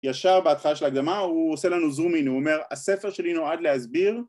ישר בהתחלה של ההקדמה הוא עושה לנו zoom in, הוא אומר, הספר שלי נועד להסביר